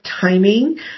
timing